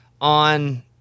on